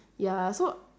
ya so